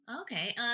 Okay